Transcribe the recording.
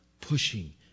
pushing